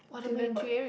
to learn about the